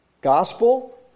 Gospel